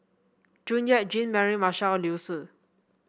June Yap Jean Mary Marshall and Liu Si